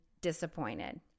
disappointed